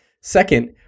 Second